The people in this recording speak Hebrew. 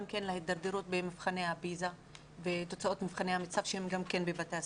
להתדרדרות במבחני הפיז"ה ותוצאות מבחני המיצ"ב שגם הם בבתי הספר.